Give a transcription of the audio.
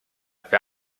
wer